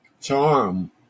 Charm